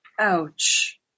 ouch